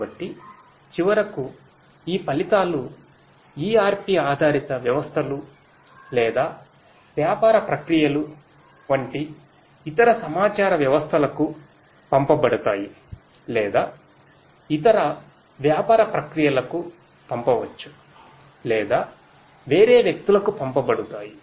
కాబట్టి చివరకు ఈ ఫలితాలు ERP ఆధారిత వ్యవస్థలు లేదా వ్యాపార ప్రక్రియలు వంటి ఇతర సమాచార వ్యవస్థలకు పంపబడతాయి లేదా ఇతర వ్యాపార ప్రక్రియలకు పంపవచ్చు లేదా వేరే వ్యక్తులకు పంపబడతాయి